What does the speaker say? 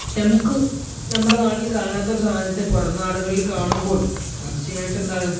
നമുക്ക് നമ്മുടെ നാടിൽ കാണാത്തൊരു സാധനത്തെ പുറംനാടുകളിൽ കാണുമ്പോൾ തീർച്ചയായിട്ടെന്താണ്